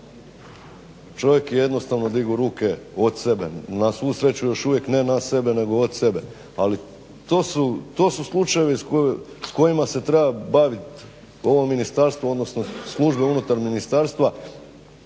Čovjek je jednostavno digao ruke od sebe, na svu sreću još uvijek ne na sebe nego od sebe, ali to su slučajevi s kojim se treba bavit ovo ministarstvo, odnosno službe unutar ministarstva,